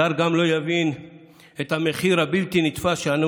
זר גם לא יבין את המחיר הבלתי-נתפס שאנו